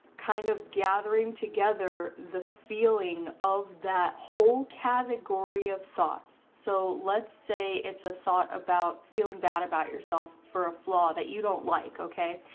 kind of gathering together the feeling of that whole category of thoughts. so let's say it's a thought about feeling bad about yourself for a flaw that you don't like okay?